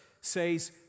says